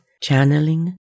channeling